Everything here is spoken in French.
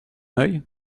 œil